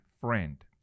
friend